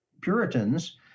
Puritans